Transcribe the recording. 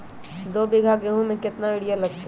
दो बीघा गेंहू में केतना यूरिया लगतै?